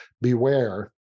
beware